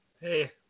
hey